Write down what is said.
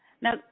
Now